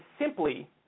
simply